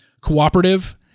cooperative